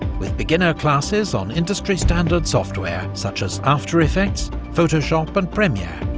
with beginner classes on industry-standard software such as after effects, photoshop, and premiere,